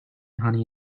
honey